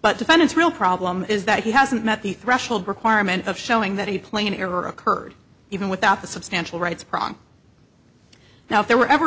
but defendant's real problem is that he hasn't met the threshold requirement of showing that he played in error occurred even without the substantial rights problem now if there were ever a